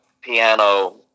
piano